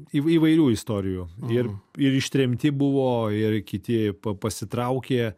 į įvairių istorijų ir ir ištremti buvo ir kiti pa pasitraukė